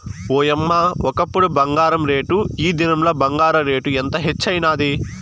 ఓయమ్మ, ఒకప్పుడు బంగారు రేటు, ఈ దినంల బంగారు రేటు ఎంత హెచ్చైనాది